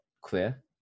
clear